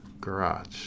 Garage